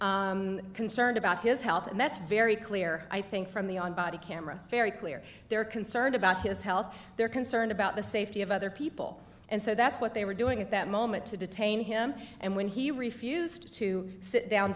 are concerned about his health and that's very clear i think from the on body camera very clear they're concerned about his health they're concerned about the safety of other people and so that's what they were doing at that moment to detain him and when he refused to sit down